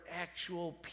actual